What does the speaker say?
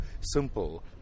simple